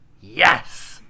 yes